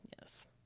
Yes